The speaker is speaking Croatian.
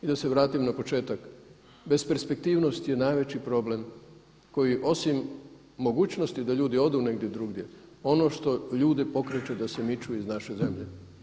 I da se vratim na početak, besperspektivnost je najveći problem koji osim mogućnosti da ljudi odu negdje drugdje, ono što ljude pokreće da se miču iz naše zemlje.